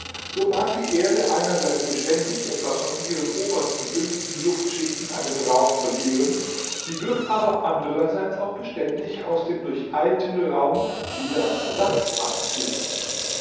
so mag die erde einerseits beständig etwas von ihren obersten dünnsten luftschichten an den raum verlieren sie wird aber andererseits auch beständig aus dem durcheilten raum wieder ersatz anziehen